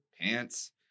pants